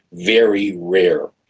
very rare.